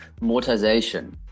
mortisation